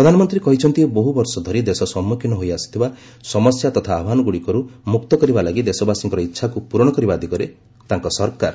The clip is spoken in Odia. ପ୍ରଧାନମନ୍ତ୍ରୀ କହିଛନ୍ତି ବହୁ ବର୍ଷ ଧରି ଦେଶ ସମ୍ମୁଖୀନ ହୋଇଆସୁଥିବା ସମସ୍ୟା ତଥା ଆହ୍ୱାନଗୁଡ଼ିକରୁ ମୁକ୍ତ କରିବାଲାଗି ଦେଶବାସୀଙ୍କର ଇଚ୍ଛାକୁ ପୂରଣ କରିବା ଦିଗରେ ତାଙ୍କ ସରକାର